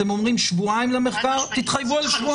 אתם אומרים שבועיים למחקר, תתחייבו על שבועיים.